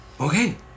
okay